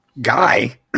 guy